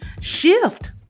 shift